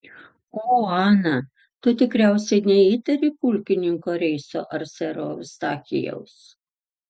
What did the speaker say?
o ana tu tikriausiai neįtari pulkininko reiso ar sero eustachijaus